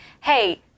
hey